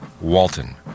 Walton